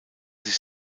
sich